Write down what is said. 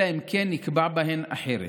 אלא אם כן נקבע בהן אחרת.